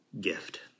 gift